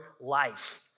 life